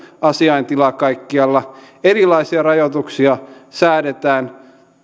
asiaintila kaikkialla erilaisia rajoituksia säädetään